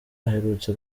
aherutse